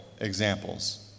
examples